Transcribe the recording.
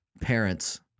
Parents